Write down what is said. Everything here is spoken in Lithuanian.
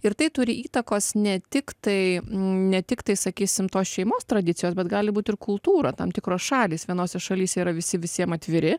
ir tai turi įtakos ne tik tai ne tik tai sakysim tos šeimos tradicijos bet gali būt ir kultūra tam tikros šalys vienose šalyse yra visi visiem atviri